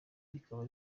rikaba